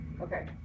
Okay